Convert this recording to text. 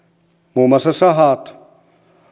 muun muassa sahat